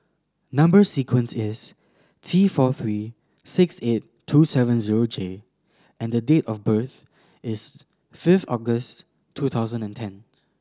number sequence is T four three six eight two seven zero J and the date of birth is five August two thousand and ten